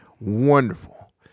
wonderful